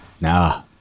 Nah